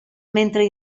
mentre